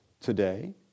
today